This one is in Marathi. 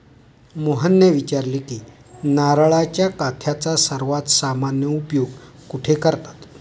मोहनने विचारले की नारळाच्या काथ्याचा सर्वात सामान्य उपयोग कुठे करतात?